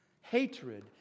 hatred